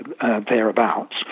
thereabouts